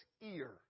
ear